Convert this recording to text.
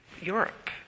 Europe